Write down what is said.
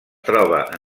troba